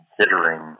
considering